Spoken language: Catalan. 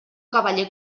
cavaller